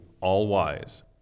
All-Wise